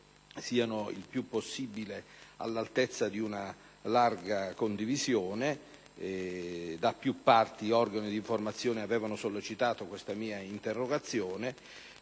siano il più possibile all'altezza di una larga condivisione. Da più parti, gli organi di informazione avevano sollecitato questa mia interrogazione,